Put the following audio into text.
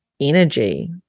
energy